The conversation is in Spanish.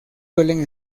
suelen